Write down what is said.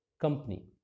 company